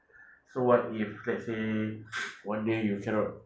so what if let's say one day you cannot